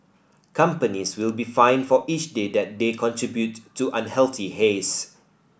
companies will be fined for each day that they contribute to unhealthy haze